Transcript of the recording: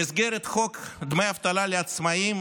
במסגרת חוק דמי אבטלה לעצמאים